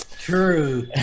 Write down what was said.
True